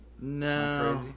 No